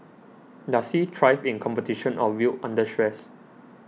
does he thrive in competition or wilt under stress